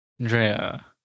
andrea